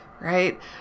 right